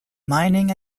mining